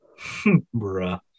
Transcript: bruh